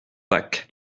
pâques